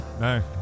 no